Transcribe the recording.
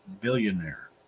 billionaire